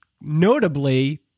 notably